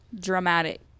dramatic